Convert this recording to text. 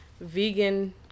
vegan